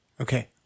Okay